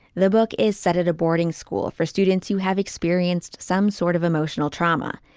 the book is set at a boarding school for students who have experienced some sort of emotional trauma.